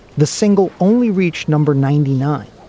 the single only reached number ninety nine.